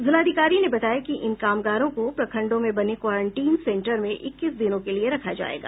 जिलाधिकारी ने बताया कि इन कामगारों को प्रखंडों में बने क्वारेंटीन सेन्टर में इक्कीस दिनों के लिए रखा जायगा